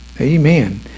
Amen